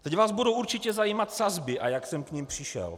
Teď vás budou určitě zajímat sazby, a jak jsem k nim přišel.